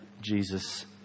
Jesus